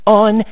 on